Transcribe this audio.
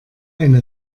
eine